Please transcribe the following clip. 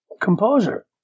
composer